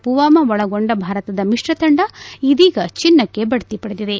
ಪೂವಮ್ನ ಒಳಗೊಂಡ ಭಾರತದ ಮಿತ್ರ ತಂಡ ಇದೀಗ ಚನ್ನಕ್ಕೆ ಬಡ್ಡಿ ಪಡೆದಿದೆ